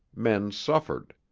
men suffered.